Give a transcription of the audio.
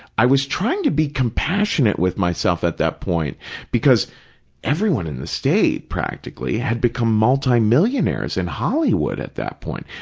i was trying to be compassionate with myself at that point because everyone in the state, practically, had become multimillionaires in hollywood at that point.